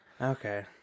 Okay